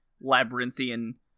labyrinthian